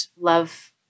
love